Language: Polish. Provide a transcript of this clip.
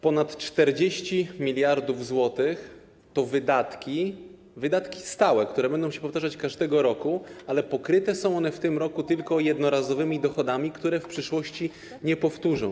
Ponad 40 mld zł to wydatki stałe, które będą się powtarzać każdego roku, ale pokryte są one w tym roku tylko jednorazowymi dochodami, które w przyszłości się nie powtórzą.